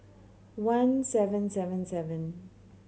one seven seven seven